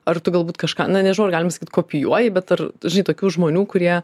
ar tu galbūt kažką na nežinau ar galima sakyt kopijuoji bet ar žinai tokių žmonių kurie